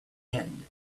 end